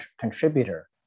contributor